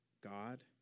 God